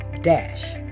Dash